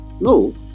No